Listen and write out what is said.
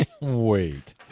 Wait